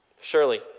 Surely